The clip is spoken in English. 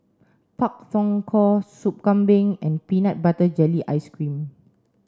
Pak Thong Ko Soup Kambing and peanut butter jelly ice cream